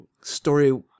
story